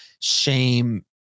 shame